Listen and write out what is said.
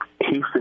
Houston